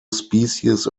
species